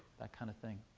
that kind of thing.